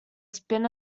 spin